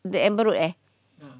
the amber road eh